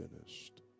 finished